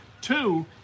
two